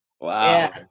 Wow